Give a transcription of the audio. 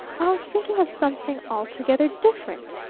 i was thinking of something altogether different.